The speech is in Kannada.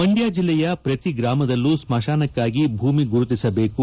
ಮಂಡ್ಕ ಜಿಲ್ಲೆಯ ಪ್ರತಿ ಗ್ರಾಮದಲ್ಲೂ ಸ್ವಶಾನಕ್ಕಾಗಿ ಭೂಮಿ ಗುರುತಿಸಬೇಕು